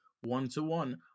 one-to-one